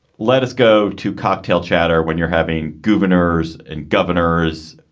let us go to cocktail chatter when you're having governors and governors